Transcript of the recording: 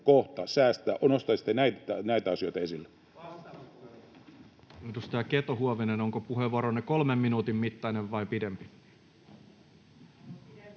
kohta säästää, kun nostaisitte näitä asioita esille.